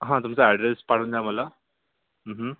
हां तुमचा ॲड्रेस पाडून द्या मला